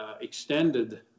extended